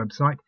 website